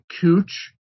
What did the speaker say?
Cooch